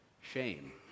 shame